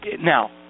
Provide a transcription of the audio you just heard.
Now